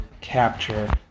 capture